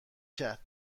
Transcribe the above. کرد